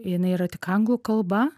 jinai yra tik anglų kalba